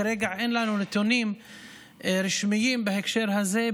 כרגע אין לנו נתונים רשמיים בהקשר הזה,